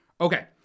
Okay